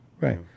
Right